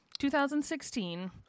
2016